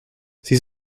sie